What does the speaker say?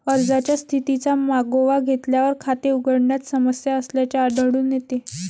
अर्जाच्या स्थितीचा मागोवा घेतल्यावर, खाते उघडण्यात समस्या असल्याचे आढळून येते